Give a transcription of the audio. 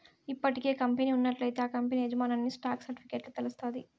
ఇప్పటికే కంపెనీ ఉన్నట్లయితే ఆ కంపనీ యాజమాన్యన్ని స్టాక్ సర్టిఫికెట్ల తెలస్తాది